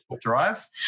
drive